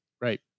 Right